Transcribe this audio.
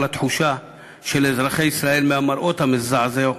התחושה של אזרחי ישראל מהמראות המזעזעים